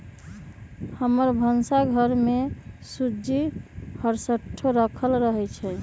हमर भन्सा घर में सूज्ज़ी हरसठ्ठो राखल रहइ छै